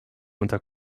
unter